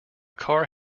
car